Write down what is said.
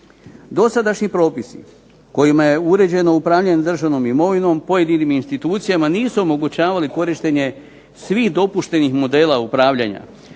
Dosadašnji propisi kojima je uređeno upravljanje državnom imovinom pojedinim institucijama nisu omogućavali korištenje svih dopuštenih modela upravljanja,